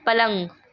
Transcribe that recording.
پلنگ